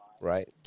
Right